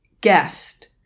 guest